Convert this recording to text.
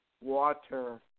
water